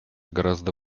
гораздо